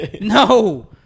No